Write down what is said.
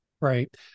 Right